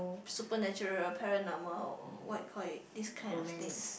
supernatural paranormal what you call it these kind of thing